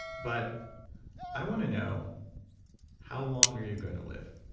but i want to know how long are you going to live?